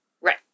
Right